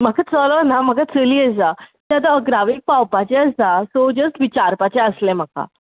म्हाका चलो ना म्हाका चली आसा तें आतां अकरावेक पावपाचें आसा सो जस्ट विचारपाचें आसलें म्हाका